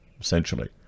essentially